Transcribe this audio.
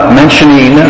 mentioning